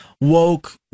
woke